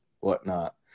whatnot